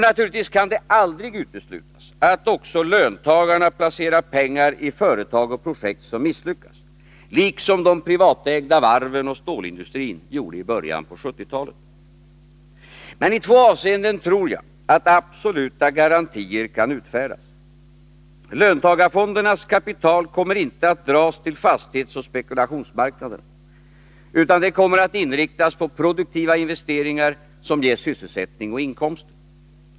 Naturligtvis kan det aldrig uteslutas att också löntagarna placerar pengar i företag och projekt som misslyckats — liksom de privatägda varven och stålindustrin gjorde i början på 1970-talet. Men i två avseenden tror jag att absoluta garantier kan utfärdas. Löntagarfondernas kapital kommer inte att dras till fastighetsoch spekulationsmarknaderna, utan det kommer att inriktas på produktiva investeringar som ger sysselsättning och inkomster.